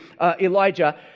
Elijah